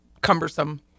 cumbersome